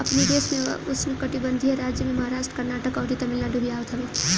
अपनी देश में उष्णकटिबंधीय राज्य में महाराष्ट्र, कर्नाटक, अउरी तमिलनाडु भी आवत हवे